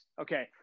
Okay